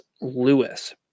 Lewis